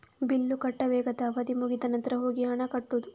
bill ಕಟ್ಟಬೇಕಾದ ಅವಧಿ ಮುಗಿದ ನಂತ್ರ ಹೋಗಿ ಹಣ ಕಟ್ಟುದು